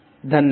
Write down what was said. धन्यवाद